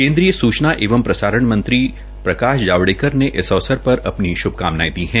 केन्द्रीयसूचना एंव प्रसारण मंत्री प्रकाश जावड़ेकर ने इस अवसर पर अपनी श्भकामनाये दी है